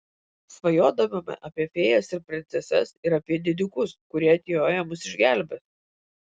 svajodavome apie fėjas ir princeses ir apie didikus kurie atjoję mus išgelbės